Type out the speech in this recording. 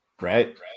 right